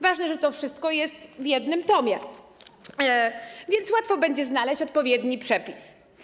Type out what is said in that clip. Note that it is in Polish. Ważne, że to wszystko jest w jednym tomie, więc łatwo będzie znaleźć odpowiedni przepis.